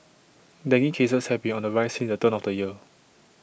dengue cases have been on the rise since the turn of the year